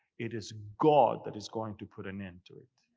it is god that is going to put an end to it.